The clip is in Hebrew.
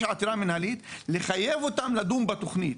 עתירה מינהלית כדי לחייב אותם לדון בתוכנית,